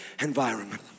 environment